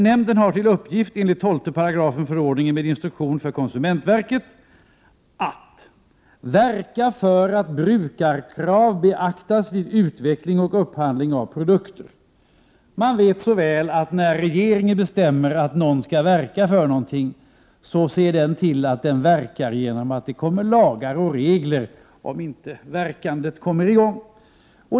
Nämnden har till uppgift — enligt 12 § förordningen med instruktion för konsumentverket — att verka för att brukarkrav beaktas vid utveckling och upphandling av produkter.” Vi vet så väl att när regeringen bestämmer att ett visst organ skall verka för någonting, så ser regeringen till att organet verkar genom att det kommer lagar och regler, om inte ”verkandet” kommer i gång.